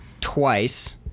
twice